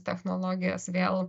technologijas vėl